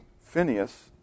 Phineas